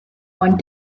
want